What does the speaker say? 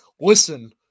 listen